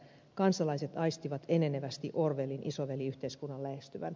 kansalaiset aistivat enenevästi orwellin isoveliyhteiskunnan lähestyvän